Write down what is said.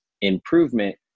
improvement